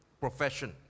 profession